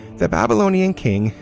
the babylonian king,